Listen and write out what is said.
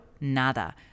Nada